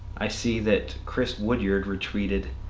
i see that chris woodyard retweeted